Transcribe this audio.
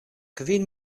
kvin